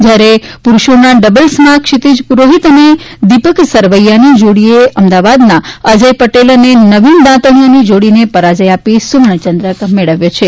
જયારે પુરૂષોની ડબલ્સમાં ક્ષિતીશ પુરોહિતે અને દિપસ સરવૈયાની જોડીએ અમદાવાદના અજય પટેલ અને નવીન દાતણીયાની જોડીને પરાજય આપી સુવર્ણચંદ્રક મેળવ્યો હતો